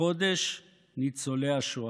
חודש ניצולי השואה?